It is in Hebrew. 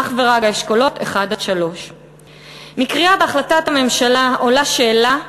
אך ורק האשכולות 1 3. מקריאת החלטת הממשלה עולה שאלה: